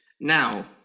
Now